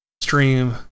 stream